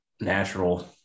natural